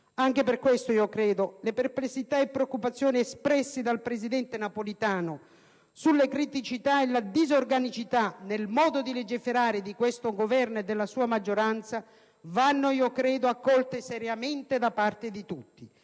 Anche per questo le "perplessità e preoccupazioni" espresse dal presidente Napolitano, sulle "criticità" e la "disorganicità" nel modo di legiferare di questo Governo e della sua maggioranza, vanno - credo - accolte seriamente da tutti.